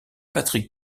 patrick